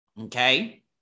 okay